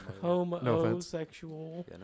homosexual